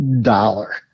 dollar